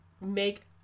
make